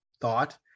thought